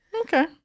Okay